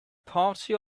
party